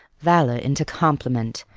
valour into compliment,